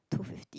two fifty